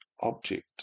object